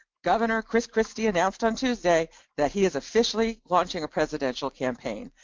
governor chris christie announced on tuesday that he is officially launching a presidential campaign.